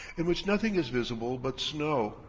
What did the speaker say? in which nothing is visible but snow.